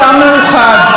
מכניסה משפחה בכלל?